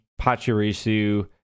Pachirisu